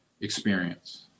experience